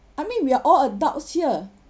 I mean we are all adults here